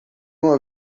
uma